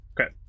Okay